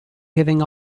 giving